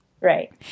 Right